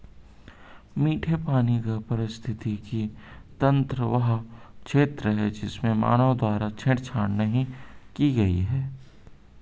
मीठे पानी का पारिस्थितिकी तंत्र वह क्षेत्र है जिसमें मानव द्वारा छेड़छाड़ नहीं की गई है